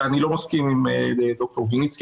אני לא מסכים עם ד"ר ויניצקי,